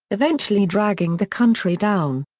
eventually dragging the country down.